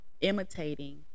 imitating